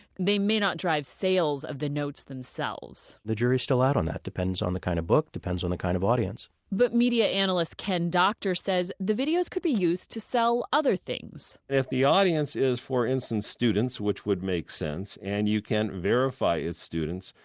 they may not drive sales of the notes themselves the jury's still out on that. depends depends on the kind of book, depends on the kind of audience but media analyst ken doctor says the videos could be used to sell other things if the audience is, for instance students, which would make sense, and you can verify it's students,